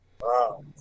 Wow